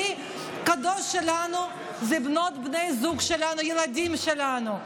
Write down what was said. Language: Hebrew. הכי קדוש שלנו זה בני ובנות הזוג שלנו והילדים שלנו.